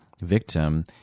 victim